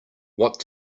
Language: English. what